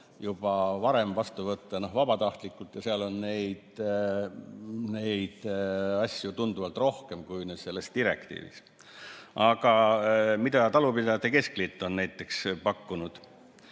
juba varem vabatahtlikult vastu võtta ja seal on neid asju tunduvalt rohkem kui selles direktiivis. Aga mida talupidajate keskliit on näiteks pakkunud?